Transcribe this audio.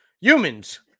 humans